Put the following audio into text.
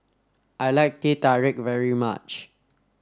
I like Teh Tarik very much